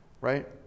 Right